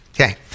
okay